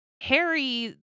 Harry